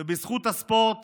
ובזכות הספורט